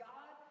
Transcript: God